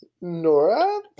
Nora